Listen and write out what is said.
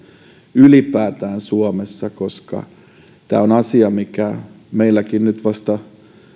ylipäätään suomessa koska tämä on asia mikä meilläkin nyt vasta